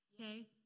okay